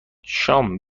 شام